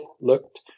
looked